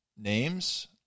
names